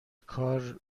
کار